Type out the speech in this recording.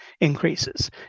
increases